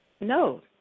No